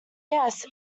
yes